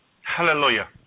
Hallelujah